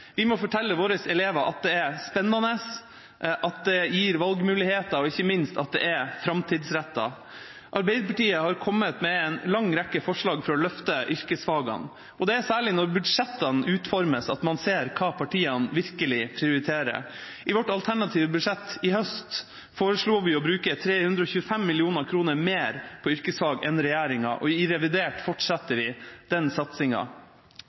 Vi må fortelle våre elever at det er spennende, at det gir valgmuligheter, og ikke minst at det er framtidsrettet. Arbeiderpartiet har kommet med en lang rekke forslag for å løfte yrkesfagene, og det er særlig når budsjettene utformes, man ser hva partiene virkelig prioriterer. I vårt alternative budsjett i høst foreslo vi å bruke 325 mill. kr mer på yrkesfag enn regjeringa, og i revidert fortsetter